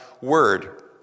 word